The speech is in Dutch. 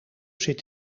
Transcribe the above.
zit